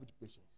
patients